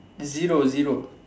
zero zero